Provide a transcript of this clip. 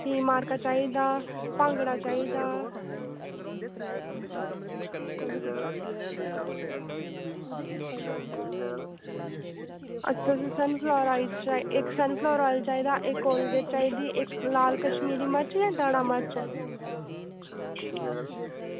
पी मार्का चाहिदा भांगड़ा चाहिदा अच्छा सानूं इक सनफ्लावर आयल चाहिदा इक कोलगेट चाहिदी इक लाल कश्मीरी मर्च जां दाड़ा मर्च